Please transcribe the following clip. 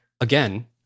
again